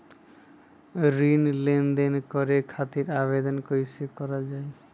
ऋण लेनदेन करे खातीर आवेदन कइसे करल जाई?